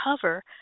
cover